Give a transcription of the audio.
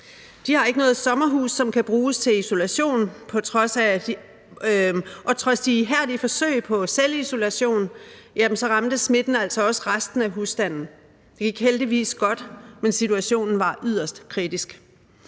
De har ikke noget sommerhus, som kan bruges til isolation, og trods de ihærdige forsøg på selvisolation ramte smitten altså også resten af husstanden. Det gik heldigvis godt, men situationen var yderst kritisk.